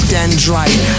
Dendrite